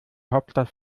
hauptstadt